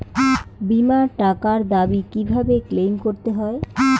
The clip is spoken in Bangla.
বিমার টাকার দাবি কিভাবে ক্লেইম করতে হয়?